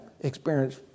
experience